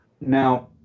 Now